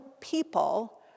people